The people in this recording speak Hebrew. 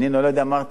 אמרתי לחגוג,